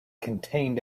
contained